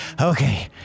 Okay